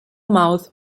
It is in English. mouth